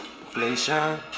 Inflation